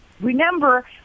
remember